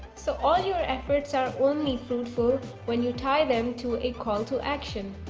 so all your efforts are only fruitful when you tie them to a call to action.